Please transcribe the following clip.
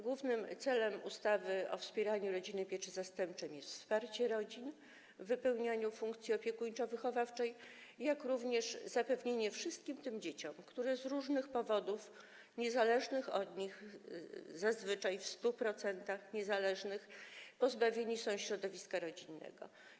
Głównym celem ustawy o wspieraniu rodziny i systemie pieczy zastępczej jest wsparcie rodzin w wypełnianiu funkcji opiekuńczo-wychowawczej, jak również zapewnienie wszystkim tym dzieciom, które z różnych, niezależnych od nich powodów, zazwyczaj w 100% niezależnych, pozbawione są środowiska rodzinnego.